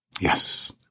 Yes